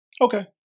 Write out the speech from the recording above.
okay